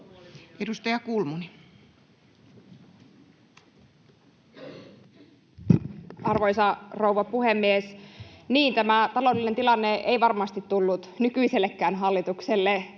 16:50 Content: Arvoisa rouva puhemies! Niin, tämä taloudellinen tilanne ei varmasti tullut nykyisellekään hallitukselle